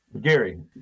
gary